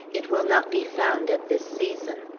it will not be found at this season.